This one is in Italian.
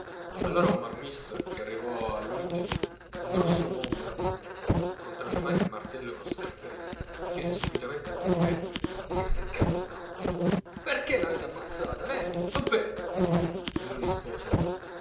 allora un marmista ch'era arrivato l'ultimo un grosso uomo barbuto con tra le mani il martello e uno scalpello chiese subitamente a don peppe che s'incamminava perchè l'avete ammazzata neh don pe lui rispose